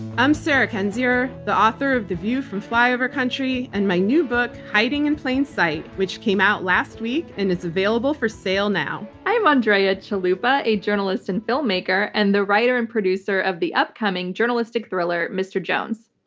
i'm sarah kendzior, the author of the view from flyover country and my new book, hiding in plain sight, which came out last week, and it's available for sale now. i'm andrea chalupa, a journalist and filmmaker and the writer and producer of the upcoming journalistic thriller, mr. jones.